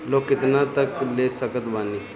Loan कितना तक ले सकत बानी?